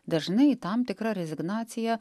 dažnai tam tikra rezignacija